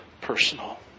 personal